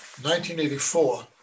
1984